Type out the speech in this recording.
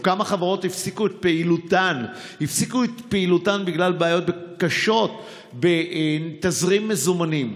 או כמה חברות הפסיקו פעילותן בגלל בעיות קשות בתזרים מזומנים.